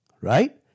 right